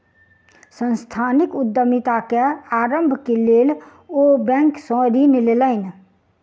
सांस्थानिक उद्यमिता के आरम्भक लेल ओ बैंक सॅ ऋण लेलैन